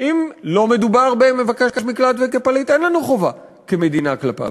אם לא מדובר במבקש מקלט ובפליט אין לנו חובה כמדינה כלפיו.